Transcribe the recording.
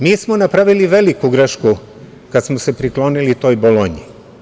Mi smo napravili veliku grešku kad smo se priklonili toj Bolonji.